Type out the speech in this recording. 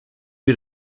you